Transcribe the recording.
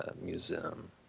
Museum